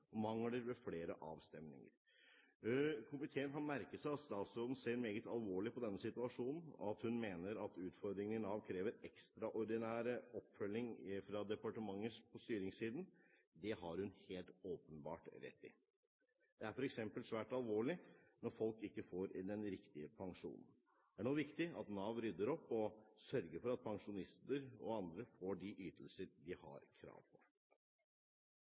ved flere avstemninger Komiteen har merket seg at statsråden ser meget alvorlig på denne situasjonen, og at hun mener at utfordringene i Nav krever ekstraordinær oppfølging fra departementet på styringssiden. Det har hun helt åpenbart rett i. Det er f.eks. svært alvorlig når folk ikke får riktig pensjon. Det er nå viktig at Nav rydder opp og sørger for at pensjonister og andre får de ytelser de har krav på.